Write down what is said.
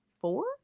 four